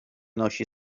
nosi